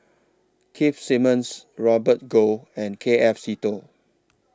Keith Simmons Robert Goh and K F Seetoh